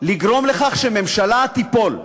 ולגרום לכך שהממשלה תיפול,